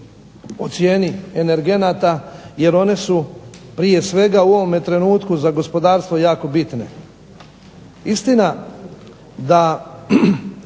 cijeni energenata jer one su prije svega u ovome trenutku za gospodarstvo jako bitne.